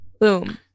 boom